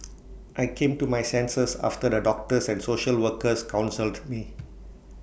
I came to my senses after the doctors and social workers counselled me